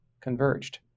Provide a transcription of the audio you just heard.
converged